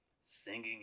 Singing